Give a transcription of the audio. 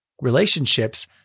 relationships